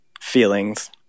feelings